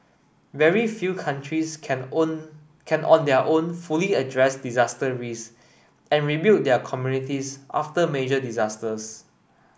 very few countries can own can on their own fully address disaster risk and rebuild their communities after major disasters